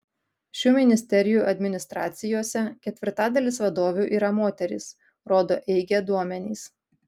šių ministerijų administracijose ketvirtadalis vadovių yra moterys rodo eige duomenys